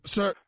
Sir